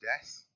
death